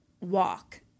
walk